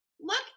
look